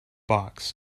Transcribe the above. box